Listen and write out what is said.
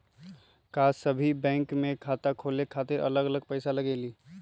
का सभी बैंक में खाता खोले खातीर अलग अलग पैसा लगेलि?